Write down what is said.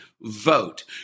vote